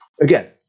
again